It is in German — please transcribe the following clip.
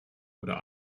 oder